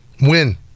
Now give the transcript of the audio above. Win